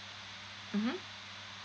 mmhmm